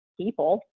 people